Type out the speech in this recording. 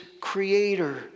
creator